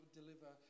deliver